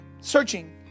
searching